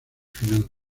finanzas